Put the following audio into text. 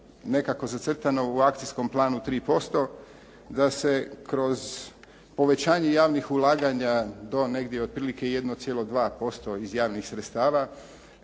nekako zacrtano u akcijskom planu 3% da se kroz povećanje javnih ulaganja do negdje otprilike 1,2% iz javnih sredstava,